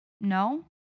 No